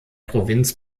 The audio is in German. provinz